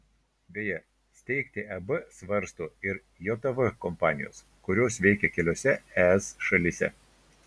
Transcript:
beje steigti eb svarsto ir jav kompanijos kurios veikia keliose es šalyse